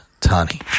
Tani